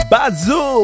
Bazoo